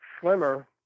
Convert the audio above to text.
slimmer